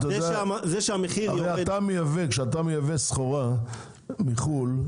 הרי כשאתה מייבא סחורה מחו"ל,